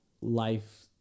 life